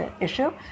issue